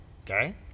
Okay